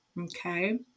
okay